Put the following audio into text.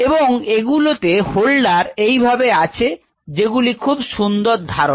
এবং এগুলোতে হোল্ডার এইভাবে আছে যেগুলো খুব সুন্দর ধারক